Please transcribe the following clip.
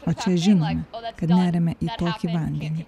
o čia žinome kad neriame į tokį vandenį